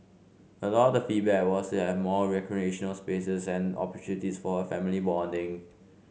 a lot of the feedback was to have more recreational spaces and opportunities for a family bonding